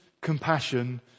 compassion